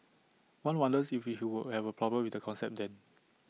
one wonders if he would have A problem with the concept then